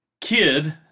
kid